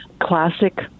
classic